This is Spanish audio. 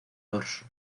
dorso